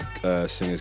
singers